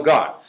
God